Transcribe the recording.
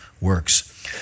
works